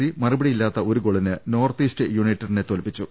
C മറുപടി യില്ലാത്ത ഒരുഗോളിന് നോർത്ത് ഈസ്റ്റ് യുണൈറ്റഡിന്റെ തോൽപ്പിച്ചു